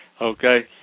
Okay